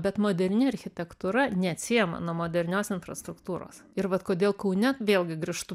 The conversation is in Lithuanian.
bet moderni architektūra neatsiejama nuo modernios infrastruktūros ir vat kodėl kaune vėlgi grįžtu